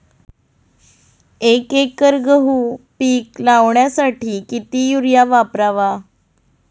एक एकर गहू पीक लावण्यासाठी किती युरिया वापरावा?